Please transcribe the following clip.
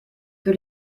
que